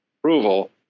approval